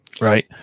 Right